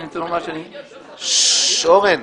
אני רוצה לומר --- ששש, אורן.